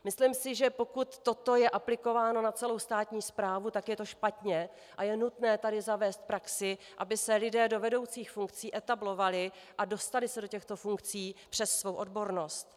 Myslím si, že pokud toto je aplikováno na celou státní správu, tak je to špatně a je nutné tady zavést praxi, aby se lidé do vedoucích funkcí etablovali a dostali se do těchto funkcí přes svou odbornost.